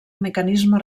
mecanisme